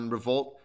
Revolt